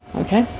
okay,